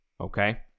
Okay